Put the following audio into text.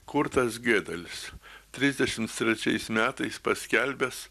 kurtas gėdalis trisdešimts trečiais metais paskelbęs